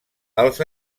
els